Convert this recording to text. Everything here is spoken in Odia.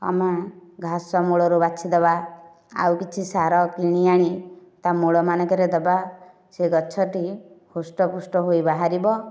ଆମେ ଘାସ ମୂଳରୁ ବାଛିଦେବା ଆଉ କିଛି ସାର କିଣି ଆଣି ତା ମୁଳମାନଙ୍କରେ ଦେବା ସେ ଗଛ ଟି ହୃଷ୍ଟ ପୁଷ୍ଠ ହୋଇ ବାହାରିବ